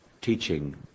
teaching